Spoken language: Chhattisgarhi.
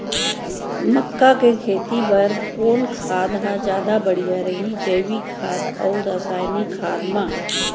मक्का के खेती बर कोन खाद ह जादा बढ़िया रही, जैविक खाद अऊ रसायनिक खाद मा?